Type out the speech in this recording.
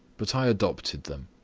but i adopted them.